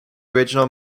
original